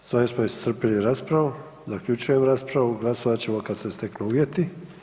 S ovim smo iscrpili raspravu, zaključujem raspravu, glasovat ćemo kad se steknu uvjeti.